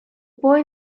boy